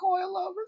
coilovers